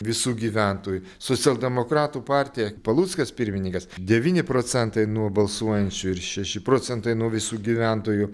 visų gyventojų socialdemokratų partija paluckas pirmininkas devyni procentai nuo balsuojančių ir šeši procentai nuo visų gyventojų